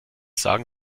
sagen